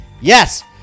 yes